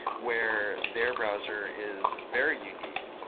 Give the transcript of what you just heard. where their browser is very unique,